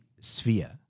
Sphere